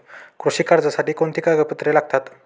कृषी कर्जासाठी कोणती कागदपत्रे लागतात?